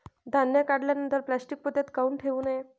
धान्य काढल्यानंतर प्लॅस्टीक पोत्यात काऊन ठेवू नये?